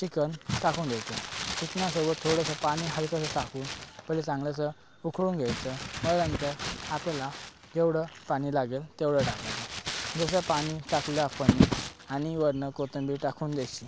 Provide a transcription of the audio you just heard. chicken टाकून द्यायचं चिकनसोबत थोडंसं पाणी हलकंसं टाकून पहिले चांगलं असं उकळून घ्यायचं मग नंतर आपल्याला जेवढं पाणी लागेल तेवढं टाकायचं जसं पानी टाकलं आपण वरून कोथिंबीर टाकून द्यायची